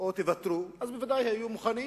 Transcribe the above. או שהם מוותרים, אז בוודאי הם היו מוכנים